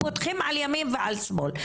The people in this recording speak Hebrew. פותחים על ימין ועל שמאל.